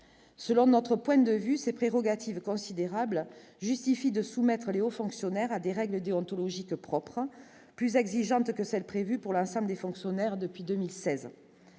selon notre point de vue ses prérogatives considérables, justifie de soumettre aux fonctionnaires à des règles déontologiques propres plus exigeante que celle prévue pour l'ensemble des fonctionnaires depuis 2016,